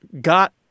got